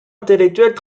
intellectuelles